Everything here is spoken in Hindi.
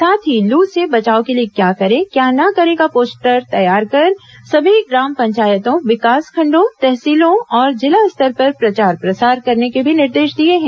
साथ ही लू से बचाव के लिए क्या करें क्या ना करें का पोस्टर तैयार कर सभी ग्राम पंचायतों विकासखण्डों तहसीलों और जिला स्तर पर प्रचार प्रसार करने के भी निर्देश दिए हैं